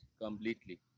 completely